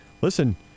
listen